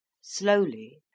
Slowly